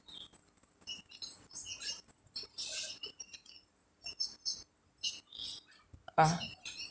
(uh huh)